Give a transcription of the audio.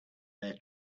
their